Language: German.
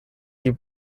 die